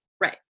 right